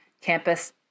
campus